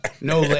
No